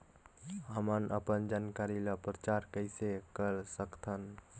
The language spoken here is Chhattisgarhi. हमन अपन जानकारी ल प्रचार कइसे कर सकथन?